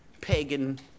pagan